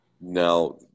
Now